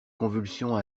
convulsions